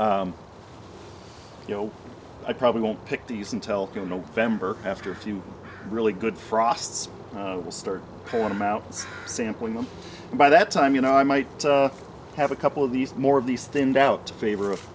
so you know i probably won't pick these until november after a few really good frosts will start paying them out sampling them by that time you know i might have a couple of these more of these thinned out to favor of